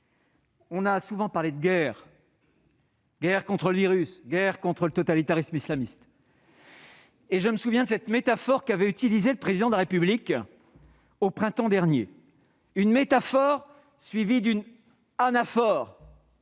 On a souvent parlé de guerre : guerre contre le virus, guerre contre le totalitarisme islamiste. Je me souviens de cette métaphore utilisée par le Président de la République au printemps dernier : il s'agissait d'une métaphore, suivie d'une anaphore,